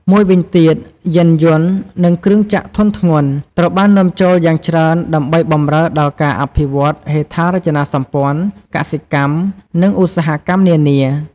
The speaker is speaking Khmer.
មួយវិញទៀត យានយន្ត និងគ្រឿងចក្រធុនធ្ងន់ ត្រូវបាននាំចូលយ៉ាងច្រើនដើម្បីបម្រើដល់ការអភិវឌ្ឍន៍ហេដ្ឋារចនាសម្ព័ន្ធ កសិកម្ម និងឧស្សាហកម្មនានា។